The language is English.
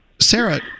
Sarah